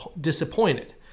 disappointed